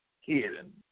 hidden